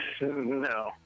No